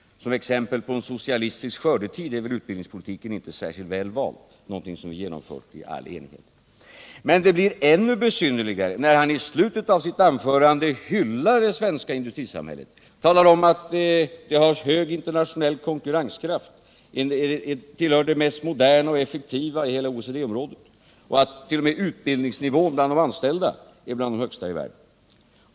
Som exempel på socialistisk skördetid är väl utbildningspolitiken inte särskilt väl valt, eftersom den genomförts i all enighet. Men det blir ännu besynnerligare när herr Bohman i slutet av sitt anförande hyllar det svenska industrisamhället. Han talar om dess höga internationella konkurrenskraft och menar att det tillhör de mest moderna och effektiva i hela OECD-området och att t.o.m. utbildningsnivån bland de anställda tillhör de högsta i världen.